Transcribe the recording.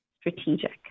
strategic